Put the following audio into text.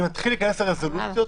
אם נתחיל להיכנס לרזולוציות,